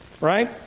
right